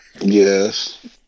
Yes